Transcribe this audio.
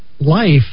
Life